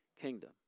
kingdom